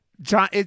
john